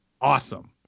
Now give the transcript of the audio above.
awesome